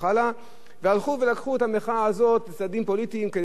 והלכו ולקחו את המחאה הזאת לצדדים פוליטיים כדי לנגח פוליטית.